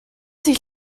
sich